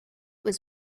was